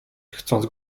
chcąc